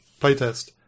playtest